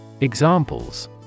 Examples